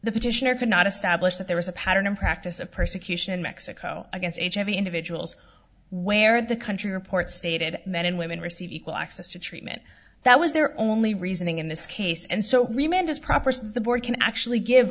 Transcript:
establish that there was a pattern and practice of persecution in mexico against a chevy individuals where the country report stated men and women receive equal access to treatment that was their only reasoning in this case and so remained as property the board can actually give